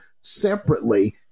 separately